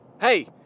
Hey